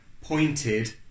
pointed